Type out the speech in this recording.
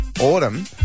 autumn